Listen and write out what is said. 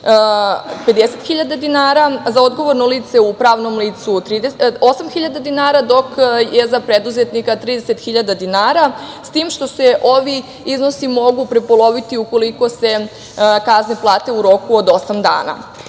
50.000 dinara, za odgovorno lice u pravnom licu 8.000 dinara, dok je za preduzetnika 30.000 dinara, s tim što se ovi iznosi mogu prepoloviti ukoliko se kazne plate u roku od osam dana.